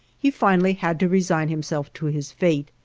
he finally had to resign himself to his fate.